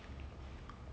mm mm